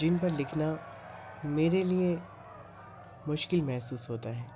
جن پر لکھنا میرے لیے مشکل محسوس ہوتا ہے